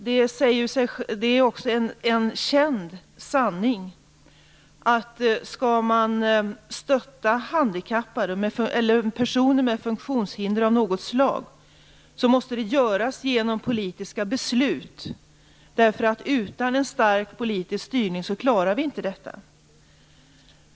Det är också en känd sanning att skall man stötta personer med funktionshinder av något slag måste det göras genom politiska beslut därför att vi utan en stark politisk styrning inte klarar detta.